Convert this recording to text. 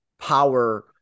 power